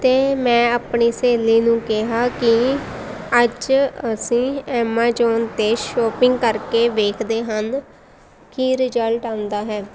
ਅਤੇ ਮੈਂ ਆਪਣੀ ਸਹੇਲੀ ਨੂੰ ਕਿਹਾ ਕਿ ਅੱਜ ਅਸੀਂ ਐਮਾਜੋਨ 'ਤੇ ਸ਼ੋਪਿੰਗ ਕਰਕੇ ਵੇਖਦੇ ਹਨ ਕੀ ਰਿਜ਼ਲਟ ਆਉਂਦਾ ਹੈ